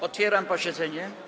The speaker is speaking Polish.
Otwieram posiedzenie.